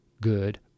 good